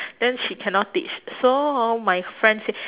then she cannot teach so hor my friend say